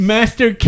Master